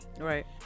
Right